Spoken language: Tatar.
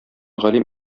галим